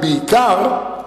בעיקר,